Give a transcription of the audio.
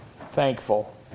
thankful